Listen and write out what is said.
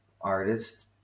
artist